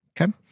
Okay